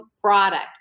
product